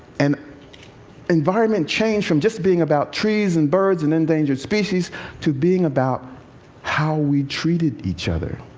and environment changed from just being about trees and birds and endangered species to being about how we treated each other.